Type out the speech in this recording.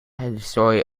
destroy